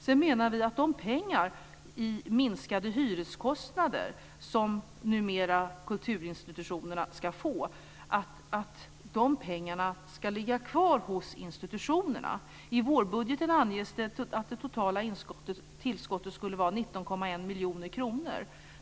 Sedan menar vi att de pengar som blir följden av minskade hyreskostnader, som kulturinstitutionerna numera ska få, ska ligga kvar hos institutionerna. I vårbudgeten anges det att det totala tillskottet skulle vara 19,1 miljoner kronor.